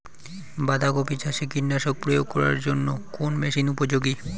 বাঁধা কপি চাষে কীটনাশক প্রয়োগ করার জন্য কোন মেশিন উপযোগী?